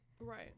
right